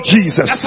Jesus